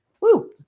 Woo